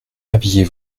habillez